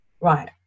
right